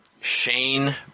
Shane